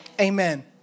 Amen